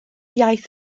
iaith